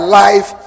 life